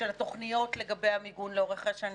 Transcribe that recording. התוכניות לגבי המיגון לאורך השנים,